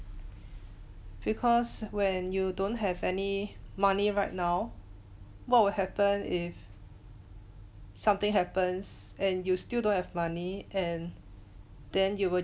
because when you don't have any money right now what will happen if something happens and you still don't have money and then you will